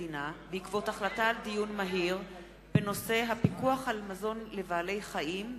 המדינה בעקבות דיון מהיר בנושא: הפיקוח על מזון לבעלי-חיים,